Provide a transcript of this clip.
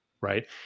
Right